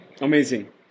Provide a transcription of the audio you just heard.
Amazing